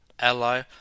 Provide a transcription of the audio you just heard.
Ally